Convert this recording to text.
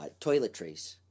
toiletries